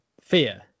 fear